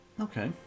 Okay